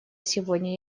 сегодня